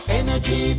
energy